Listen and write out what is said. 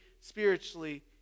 spiritually